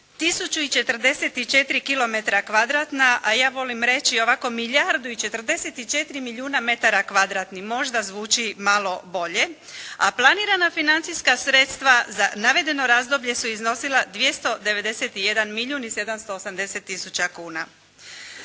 kvadratna, a ja volim reći ovako milijardu i 44 milijuna metara kvadratnih, možda zvuči malo bolje, a planirana financijska sredstva za navedeno razdoblje su iznosila 291 milijun 780 tisuća kuna.